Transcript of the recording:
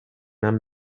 han